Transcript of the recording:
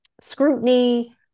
scrutiny